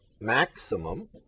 maximum